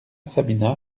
sabina